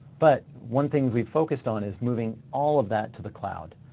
but one thing we've focused on is moving all of that to the cloud.